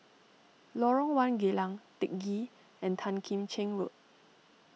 Lorong one Geylang Teck Ghee and Tan Kim Cheng Road